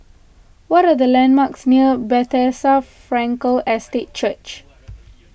what are the landmarks near Bethesda Frankel Estate Church